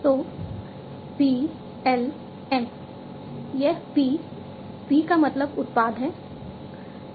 तो P L M यह P P का मतलब उत्पाद है